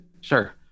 Sure